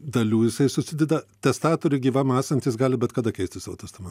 dalių jisai susideda testatoriui gyvam esant jis gali bet kada keisti savo testament